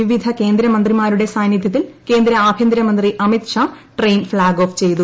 വിവിധ കേന്ദ്രമന്ത്രിമാരുടെ സാന്നിധ്യത്തിൽ കേന്ദ്ര ആഭ്യന്തര മന്ത്രി Amit Shah train flag off ചെയ്തു